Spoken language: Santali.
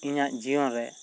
ᱤᱧᱟᱹᱜ ᱡᱤᱭᱚᱱ ᱨᱮ